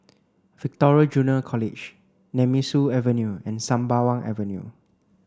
Victoria Junior College Nemesu Avenue and Sembawang Avenue